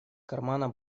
кармана